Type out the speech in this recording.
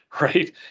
right